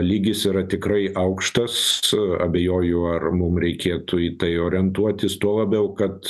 lygis yra tikrai aukštas abejoju ar mum reikėtų į tai orientuotis tuo labiau kad